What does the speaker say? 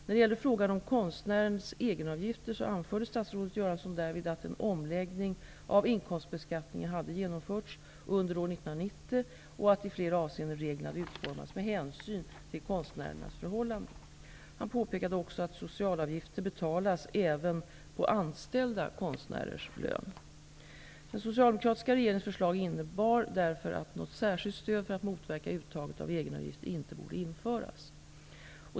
När det gällde frågan om konstnärernas egenavgifter anförde statsrådet Göransson därvid att en omläggning av inkomstbeskattningen hade genomförts under år 1990 och att reglerna i flera avseenden hade utformats med hänsyn till konstnärernas förhållanden. Han påpekade också att socialavgifter även betalas på anställda konstnärers lön. Den socialdemokratiska regeringens förslag innebar därför att något särskilt stöd för att motverka uttaget av egenavgifter inte borde införas.